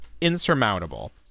insurmountable